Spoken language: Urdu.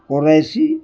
قریشی